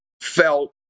felt